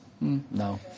No